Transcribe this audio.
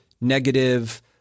negative